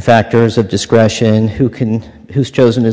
factors of discretion who can who's chosen